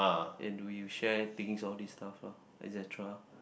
and we we share things all this stuff lah et cetera